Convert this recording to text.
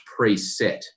preset